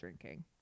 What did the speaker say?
drinking